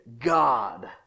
God